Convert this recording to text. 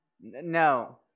No